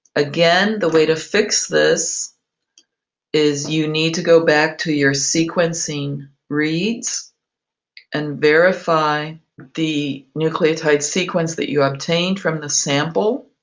again, the way to fix this is you need to go back to your sequencing reads and verify the nucleotide sequence that you obtained from the sample,